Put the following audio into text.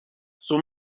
son